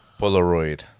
Polaroid